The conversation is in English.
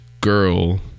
girl